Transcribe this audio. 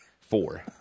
Four